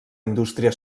indústria